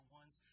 ones